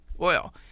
oil